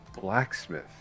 blacksmith